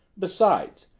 besides,